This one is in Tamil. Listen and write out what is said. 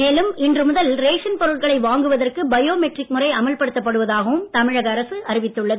மேலும் இன்று முதல் ரேஷன் பொருட்களை வாங்குவதற்கு பயோ மெட்ரிக் முறை அமல்படுத்தப் படுவதாகவும் தமிழக அரசு அறிவித்துள்ளது